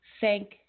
thank